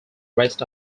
rest